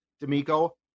D'Amico